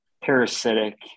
Parasitic